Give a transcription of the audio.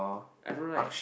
I don't like